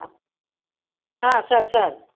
sir sir